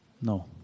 No